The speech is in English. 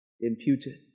imputed